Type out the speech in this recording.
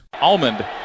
Almond